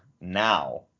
now